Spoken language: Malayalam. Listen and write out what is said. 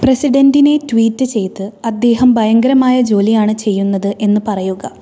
പ്രസിഡൻ്റിനെ ട്വീറ്റ് ചെയ്ത് അദ്ദേഹം ഭയങ്കരമായ ജോലിയാണ് ചെയ്യുന്നത് എന്ന് പറയുക